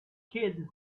kid